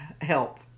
help